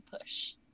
push